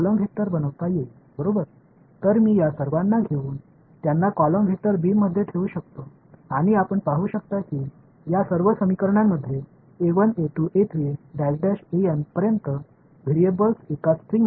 எனவே நான் இவர்களை எல்லாம் அழைத்துச் சென்று ஒரு நெடுவரிசை வெக்டர் b இல் வைக்கலாம் இந்த சமன்பாடுகள் அனைத்திற்கும் ஒரு சரத்தில் n வரை ஒரு a1a 2a3 மாறிகள் இருப்பதைக் காணலாம்